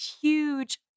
huge